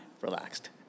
Relaxed